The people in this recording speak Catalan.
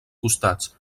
costats